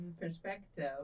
perspective